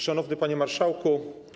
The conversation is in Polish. Szanowny Panie Marszałku!